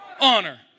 honor